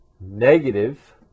negative